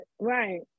right